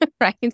right